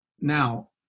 Now